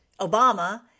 Obama